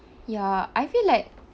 ya I feel like